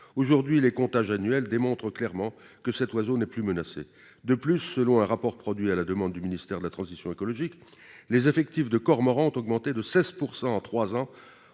Aujourd'hui, les comptages annuels démontrent clairement que cet oiseau n'est plus menacé. De plus, selon un rapport produit à la demande du ministre de la transition écologique, les effectifs du cormoran en bord de lac et de